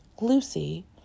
lucy